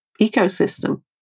ecosystem